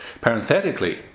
Parenthetically